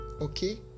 okay